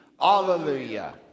Hallelujah